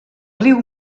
riu